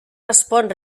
respon